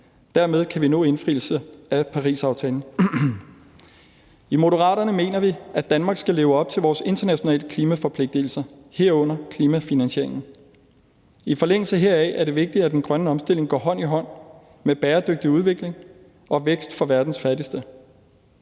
Dermed kan vi nå indfrielse af Parisaftalen. I Moderaterne mener vi, at Danmark skal leve op til vores internationale klimaforpligtelser, herunder klimafinansieringen. I forlængelse heraf er det vigtigt, at den grønne omstilling går hånd i hånd med bæredygtig udvikling og vækst for verdens fattigste.